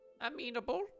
amenable